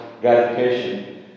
gratification